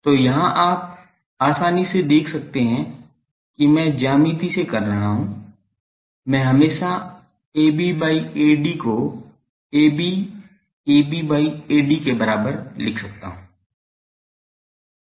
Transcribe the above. तो यहाँ आप आसानी से देख सकते हैं कि मैं ज्यामिति से कर सकता हूँ मैं हमेशा AB by AD को AB AB by AD के बराबर लिख सकता हूँ